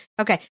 Okay